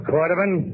Cordovan